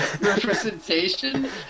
representation